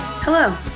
Hello